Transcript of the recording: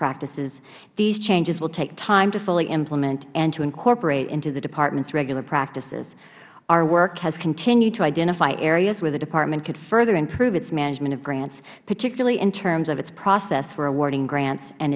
practices these changes will take time to fully implement and to incorporate into the departments regular practices our work has continued to identify areas where the department could further improve its management of grants particularly in terms of its process for awarding grants and